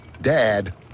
Dad